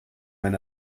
when